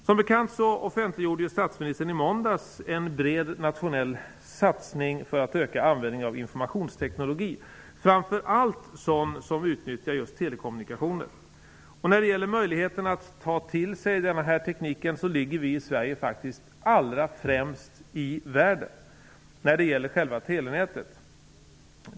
Som bekant offentliggjorde statsministern i måndags en bred nationell satsning för att öka användningen av informationsteknologi, framför allt sådan som utnyttjar telekommunikationer. När det gäller själva telenätet har vi i Sverige faktiskt de allra främsta möjligheterna i världen att ta till oss den här tekniken.